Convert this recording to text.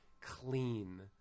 clean